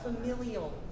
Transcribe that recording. familial